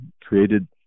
created